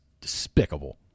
despicable